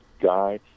guy